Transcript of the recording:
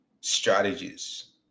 strategies